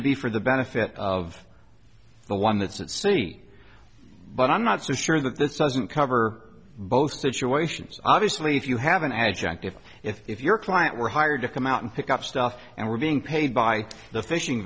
to be for the benefit of the one that's at sea but i'm not so sure that this doesn't cover both situations obviously if you have an adjunct if if if your client were hired to come out and pick up stuff and were being paid by the fishing